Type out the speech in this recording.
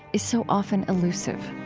is so often elusive